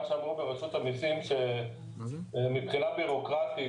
שאמרו ברשות המסים שמבחינה בירוקרטית,